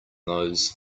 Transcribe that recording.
those